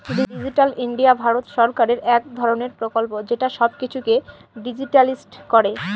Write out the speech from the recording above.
digital India Bharat সরকারের এক ধরনের প্রকল্প যেটা সব কিছুকে ডিজিট্যালাইসড করে